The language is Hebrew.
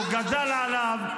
שהוא גדל עליו,